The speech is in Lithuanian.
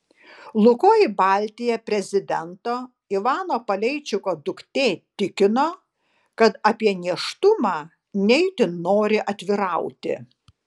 lukoil baltija prezidento ivano paleičiko duktė tikino kad apie nėštumą ne itin nori atvirauti